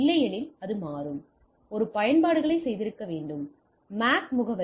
இல்லையெனில் மாறும் அதாவது ஒரு பயன்பாடுகளை செய்திருக்க வேண்டும் MAC முகவரி